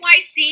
NYC